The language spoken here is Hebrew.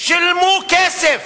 שילמו כסף,